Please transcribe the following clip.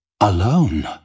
Alone